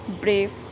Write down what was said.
brave